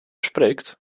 spreekt